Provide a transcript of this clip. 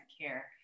care